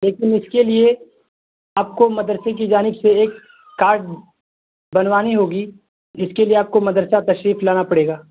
لیکن اس کے لیے آپ کو مدرسے کی جانب سے ایک کارڈ بنوانی ہوگی اس کے لیے آپ کو مدرسہ تشریف لانا پڑے گا